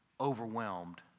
overwhelmed